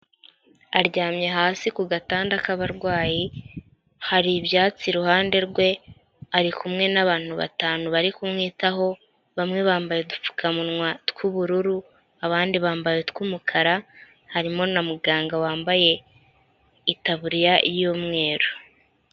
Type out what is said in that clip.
Aryamye hasi ku gatanda k'abarwayi hari ibyatsi iruhande rwe ,ari kumwe n'abantu batanu bari kumwitaho bamwe bambaye udupfukamunwa tw'ubururu abandi bambaye utw'umukara harimo na muganga wambaye itaburiya y'umweru.